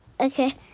Okay